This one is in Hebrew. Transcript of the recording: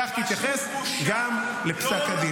כך תתייחס גם לפסק הדין.